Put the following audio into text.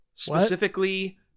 specifically